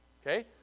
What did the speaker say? Okay